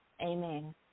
amen